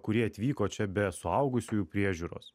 kurie atvyko čia be suaugusiųjų priežiūros